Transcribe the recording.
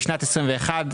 בשנת 21',